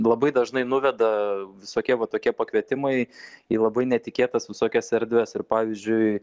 labai dažnai nuveda visokie va tokie pakvietimai į labai netikėtas visokias erdves ir pavyzdžiui